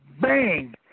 bang